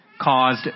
caused